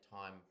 time